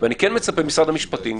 אני כן מצפה ממשרד המשפטים,